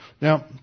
Now